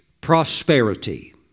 prosperity